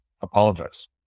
Apologize